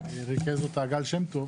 שריכז אותה גל שם טוב,